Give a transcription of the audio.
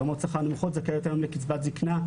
ברמות שכר נמוכות הן זכאיות היום לקצבת זקנה,